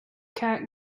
cat